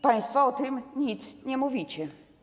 Państwo o tym nic nie mówicie.